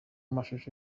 mashusho